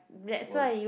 work